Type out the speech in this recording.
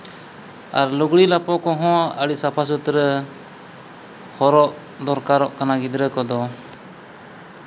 ᱟᱨ ᱞᱩᱜᱽᱲᱤᱼᱞᱟᱯᱳ ᱠᱚᱦᱚᱸ ᱟᱹᱰᱤ ᱥᱟᱯᱷᱟ ᱥᱩᱛᱨᱟᱹ ᱦᱚᱨᱚᱜ ᱫᱚᱨᱠᱟᱨᱚᱜ ᱠᱟᱱᱟ ᱜᱤᱫᱽᱨᱟᱹ ᱠᱚᱫᱚ